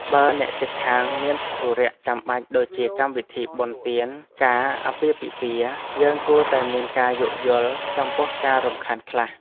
បើអ្នកជិតខាងមានធុរៈចាំបាច់ដូចជាកម្មវិធីបុណ្យទានការអាពាហ៍ពិពាហ៍យើងគួរតែមានការយោគយល់ចំពោះការរំខានខ្លះ។